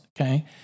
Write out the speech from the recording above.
okay